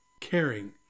caring